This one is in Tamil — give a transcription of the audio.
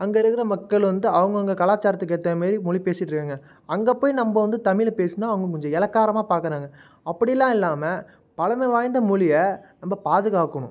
அங்கே இருக்கிற மக்கள் வந்து அவங்கவுங்க கலாச்சாரத்துக்கு ஏற்ற மாதிரி மொழி பேசிட்டுருக்காங்க அங்கே போய் நம்ம வந்து தமிழில் பேசுனால் அவங்க கொஞ்சம் எலக்காரமாக பார்க்கறாங்க அப்படிலா இல்லாமல் பழமை வாய்ந்த மொழியை நம்ம பாதுகாக்கணும்